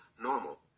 normal